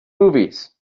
movies